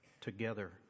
together